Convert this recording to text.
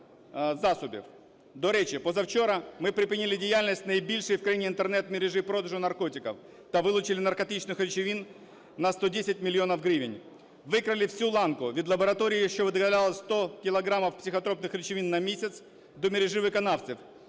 До речі, позавчора ми припинили діяльність найбільшої в країні Інтернет-мережі продажу наркотиків та вилучили наркотичних речовин на 110 мільйонів гривень. Викрили всю ланку, від лабораторії, що виробляла 100 кілограмів психотропних речовин на місяць, до мережі виконавці,